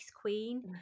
queen